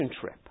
trip